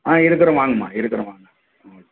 ஆ இருக்கிறோம் வாங்கம்மா இருக்கிறோம் வாங்க ஆ